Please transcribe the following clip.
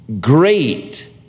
great